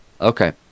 Okay